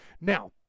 now